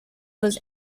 was